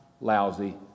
lousy